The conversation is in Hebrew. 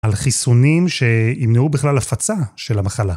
על חיסונים שימנעו בכלל הפצה של המחלה.